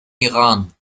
iran